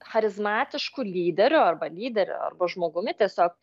charizmatišku lyderiu arba lyderiu arba žmogumi tiesiog